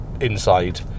inside